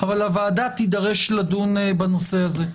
אבל הוועדה תידרש לדון בנושא הזה.